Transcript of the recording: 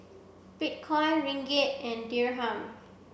Bitcoin Ringgit and Dirham